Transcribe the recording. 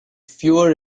fewer